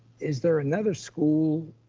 is there another school?